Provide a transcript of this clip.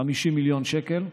50 מיליון שקל.